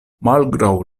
malgraŭ